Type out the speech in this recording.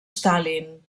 stalin